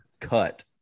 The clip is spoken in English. cut